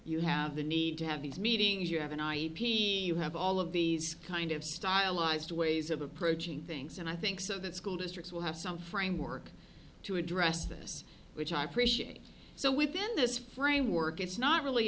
you have the need to have these meetings you have an i p i have all of these kind of stylized ways of approaching things and i think so that school districts will have some framework to address this which i appreciate so within this framework it's not really